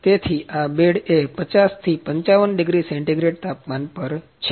તેથી આ બેડ એ 50 થી 55 ડિગ્રી સેન્ટીગ્રેડ તાપમાન પર છે